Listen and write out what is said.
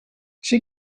she